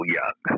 young